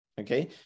Okay